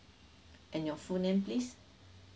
and your full name please